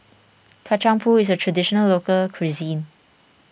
Kacang Pool is a Traditional Local Cuisine